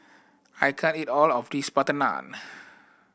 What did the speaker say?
I can't eat all of this butter naan